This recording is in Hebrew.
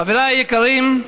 חבריי היקרים,